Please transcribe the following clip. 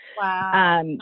Wow